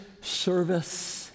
service